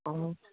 হুম